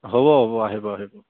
হ'ব হ'ব আহিব আহিব